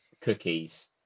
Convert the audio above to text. cookies